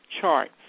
charts